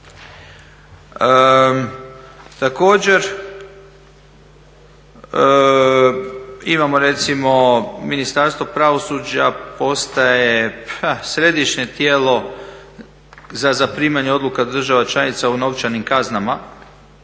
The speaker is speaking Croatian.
Također imamo recimo Ministarstvo pravosuđa postaje središnje tijelo za zaprimanje odluka država članica o novčanim kaznama